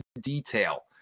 detail